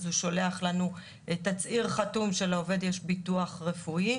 אז הוא שולח לנו תצהיר חתום שלעובד יש ביטוח רפואי.